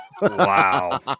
Wow